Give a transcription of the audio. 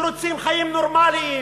שרוצים חיים נורמליים,